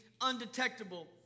undetectable